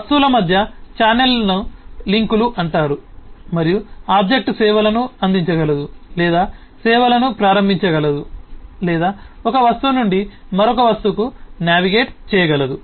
వస్తువుల మధ్య ఛానెల్లను లింక్లు అంటారు మరియు ఆబ్జెక్ట్ సేవలను అందించగలదు లేదా సేవలను ప్రారంభించగలదు లేదా ఒక వస్తువు నుండి మరొక వస్తువుకు నావిగేట్ చేయగలదు